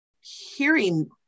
hearing